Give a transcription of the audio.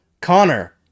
Connor